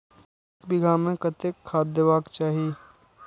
एक बिघा में कतेक खाघ देबाक चाही?